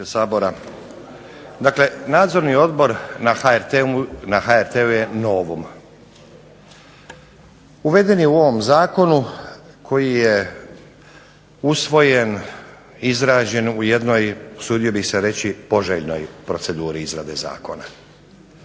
Dakle, Nadzorni odbor na HRT-u je novum. Uveden je u ovom zakonu koji je usvojen, izrađen u jednoj usudio bih se reći poželjnoj proceduri izrade zakona.